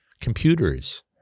computers